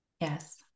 Yes